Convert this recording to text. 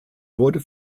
wurde